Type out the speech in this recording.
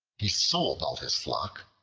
he sold all his flock,